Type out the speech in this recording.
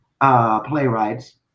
playwrights